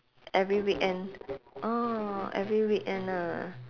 every weekend ah every weekend ah